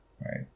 right